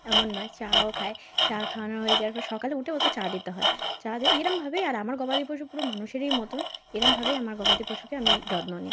এমন নয় চা ও খায় চা খাওয়ানো হয়ে যাওয়ার পর সকালে উঠে ওকে চা দিতে হয় চা দে এরমভাবেই আর আমার গবাদি পশু পুরো মানুষেরই মতোন এরমভাবেই আমার গবাদি পশুকে আমি যত্ন নিই